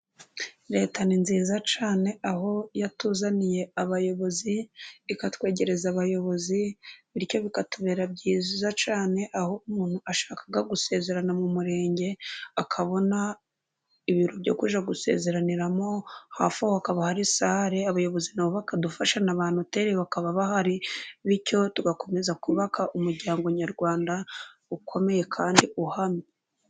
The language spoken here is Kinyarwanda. Leta ni nziza cyane aho yatuzaniye abayobozi, ikatwegereza abayobozi bityo bikatubera byiza cyane, aho umuntu ashaka gusezerana mu murenge akabona ibiro byo kujya gusezeraniramo, hafi aho hakaba hari sare, abayobozi nabo bakadufasha na ba noteri bakaba bahari, bityo tugakomeza kubaka umuryango nyarwanda ukomeye kandi uhamye.